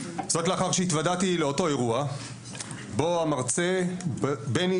זאת לאחר שהתוודעתי לאותו אירוע בו המרצה בני